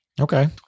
Okay